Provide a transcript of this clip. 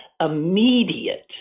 immediate